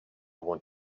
want